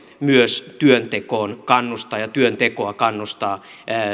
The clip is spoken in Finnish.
myös työntekoon kannustaa ja työntekoa kannustaa